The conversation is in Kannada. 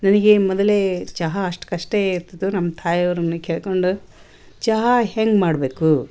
ನನಗೆ ಮೊದಲೇ ಚಹಾ ಅಷ್ಟ್ಕಷ್ಟೇ ಇರ್ತಿತ್ತು ನಮ್ಮ ತಾಯವರನ್ನ ಕೇಳ್ಕೊಂಡು ಚಹಾ ಹೆಂಗೆ ಮಾಡಬೇಕು